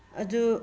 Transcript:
ꯑꯗꯨ